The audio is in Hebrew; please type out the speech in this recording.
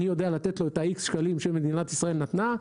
אני יודע לתת לו את "איקס" השקלים שמדינת ישראל נתנה,